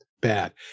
bad